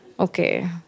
Okay